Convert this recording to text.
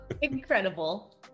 incredible